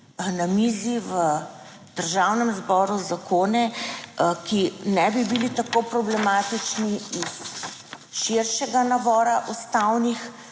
na mizi v Državnem zboru zakone, ki ne bi bili tako problematični iz širšega nabora ustavnih